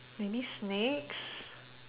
maybe snakes